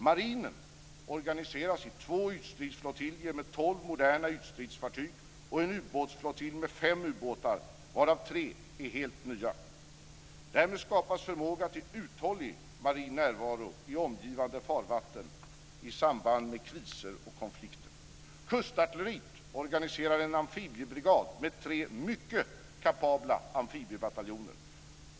Marinen organiseras i två ytstridsflottiljer med tolv moderna ytstridsfartyg och en ubåtsflottilj med fem ubåtar, varav tre är helt nya. Därmed skapas förmåga till uthållig marin närvaro i omgivande farvatten i samband med kriser och konflikter. Kustartilleriet organiserar en amfibiebrigad med tre mycket kapabla amfibiebataljoner.